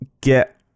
get